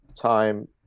time